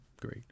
Great